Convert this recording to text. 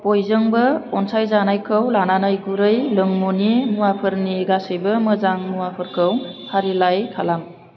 बयजोंबो अनसायजानायखौ लानानै गुरै लोंमुंनि मुवाफोरनि गासैबो मोजां मुवाफोरखौ फारिलाइ खालाम